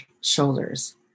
shoulders